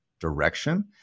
direction